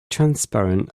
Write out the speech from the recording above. transparent